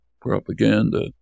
propaganda